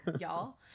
y'all